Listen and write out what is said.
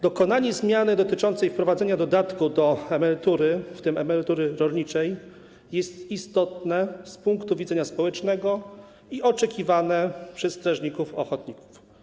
Dokonanie zmiany dotyczącej wprowadzenia dodatku do emerytury, w tym emerytury rolniczej, jest istotne z punktu widzenia społecznego i oczekiwane przez strażników ochotników.